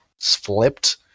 flipped